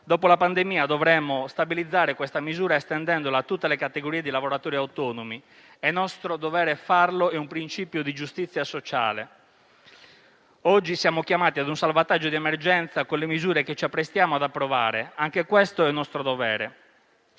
Dopo la pandemia dovremo stabilizzare questa misura estendendola a tutte le categorie di lavoratori autonomi. È nostro dovere farlo. È un principio di giustizia sociale. Oggi siamo chiamati a un salvataggio di emergenza con le misure che ci apprestiamo ad approvare. Anche questo è un nostro dovere.